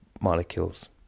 molecules